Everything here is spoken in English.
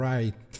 Right